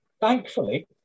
Thankfully